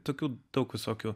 tokių daug visokių